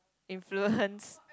influence